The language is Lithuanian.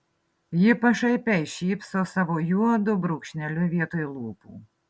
ji pašaipiai šypso savo juodu brūkšneliu vietoj lūpų